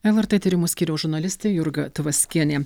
lrt tyrimų skyriaus žurnalistė jurga tvaskienė